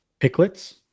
Picklets